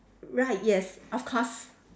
right yes of course